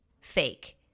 fake